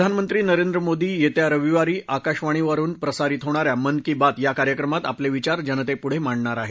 प्रधानमंत्री नरेंद्र मोदी येत्या रविवारी आकाशवाणीवरुन प्रसारित होणाऱ्या मन की बात या कार्यक्रमात आपले विचार जनतेपुढं मांडणार आहेत